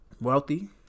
wealthy